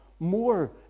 more